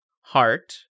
heart